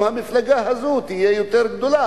אם המפלגה הזאת תהיה יותר גדולה,